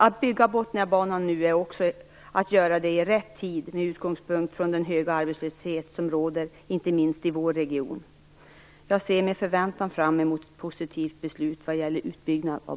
Att bygga Botniabanan nu är också att göra det i rätt tid med utgångspunkt i den höga arbetslöshet som råder, inte minst i vår region. Jag ser med förväntan fram emot ett positivt beslut vad gäller utbyggnad av